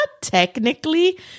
technically